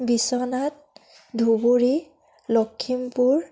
Biswanath Dhubri Lakhimpur